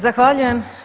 Zahvaljujem.